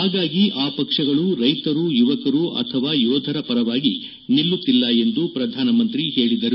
ಹಾಗಾಗಿ ಆ ಪಕ್ಷಗಳು ರೈಶರು ಯುವಕರು ಅಥವಾ ಯೋಧರ ಪರವಾಗಿ ನಿಲ್ಲುತ್ತಿಲ್ಲ ಎಂದು ಪ್ರಧಾನಮಂತ್ರಿ ಹೇಳಿದರು